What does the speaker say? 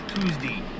Tuesday